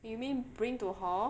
you mean bring to hall